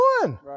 one